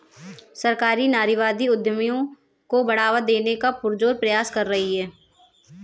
सरकार नारीवादी उद्यमियों को बढ़ावा देने का पुरजोर प्रयास कर रही है